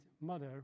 mother